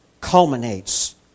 culminates